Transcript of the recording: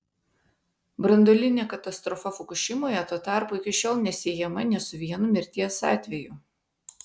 branduolinė katastrofa fukušimoje tuo tarpu iki šiol nesiejama nė su vienu mirties atveju